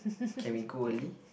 can we go early